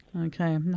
Okay